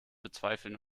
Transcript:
bezweifeln